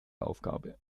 aufgabe